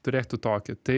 turėtų tokį tai